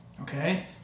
okay